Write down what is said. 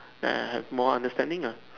I have more understanding lah